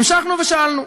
המשכנו ושאלנו: